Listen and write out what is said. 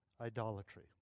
Idolatry